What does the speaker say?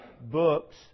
books